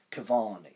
Cavani